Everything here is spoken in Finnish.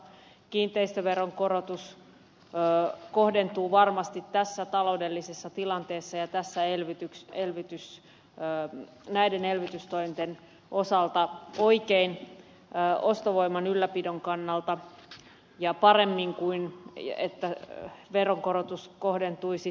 kiinteistöveron korotus kohdentuu varmasti tässä taloudellisessa tilanteessa ja näiden elvytystointen osalta oikein ostovoiman ylläpidon kannalta ja paremmin kuin että veronkorotus kohdentuisi tuloveroon